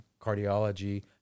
cardiology